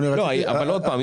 עוד פעם.